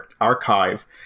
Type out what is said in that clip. archive